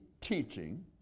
teaching